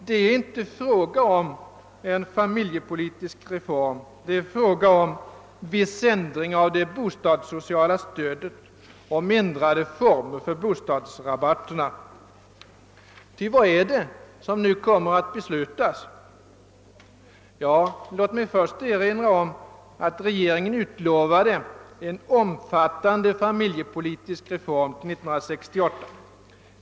Det är inte fråga om en familjepolitisk reform; det är fråga om viss ändring av det bostadssociala stödet, om ändrade former för bostadsrabatterna. Ty vad är det som nu kommer att beslutas? Låt mig först erinra om att regeringen utlovade en omfattande familjepolitisk reform till 1968!